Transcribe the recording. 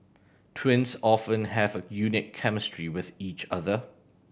twins often have a unique chemistry with each other